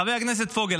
חבר הכנסת פוגל,